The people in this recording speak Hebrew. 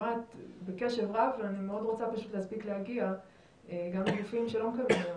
הוא כאילו רואה אוויר כי בפיתוח של האפליקציה הם לא עשו את